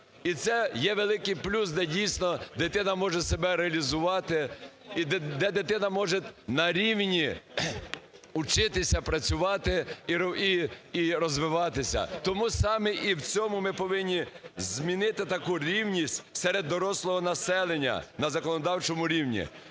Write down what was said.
І це є великий плюс, де дійсно дитина може себе реалізувати, і де дитина може нарівні учитися, працювати і розвиватися. Тому саме і в цьому ми повинні змінити таку рівність серед дорослого населення на законодавчому рівні.